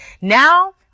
now